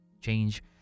change